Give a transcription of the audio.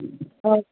औ